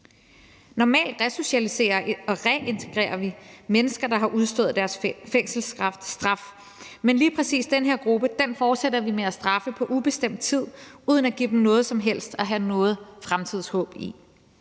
Normalt resocialiserer og reintegrerer vi mennesker, der har udstået deres fængselsstraf, men lige præcis den her gruppe fortsætter vi med at straffe på ubestemt tid uden at give dem noget som helst at have noget fremtidshåb i.